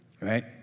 right